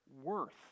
worth